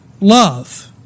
love